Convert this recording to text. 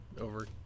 over